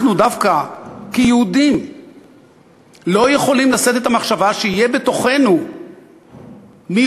דווקא אנחנו כיהודים לא יכולים לשאת את המחשבה שיהיה בתוכנו מיעוט,